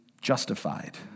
justified